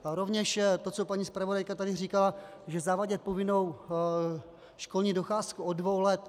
Rovněž to, co paní zpravodajka tady říkala zavádět povinnou školní docházku od dvou let.